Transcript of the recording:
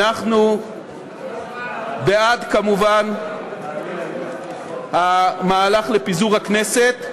אנחנו כמובן בעד המהלך לפיזור הכנסת.